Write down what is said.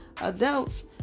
adults